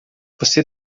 você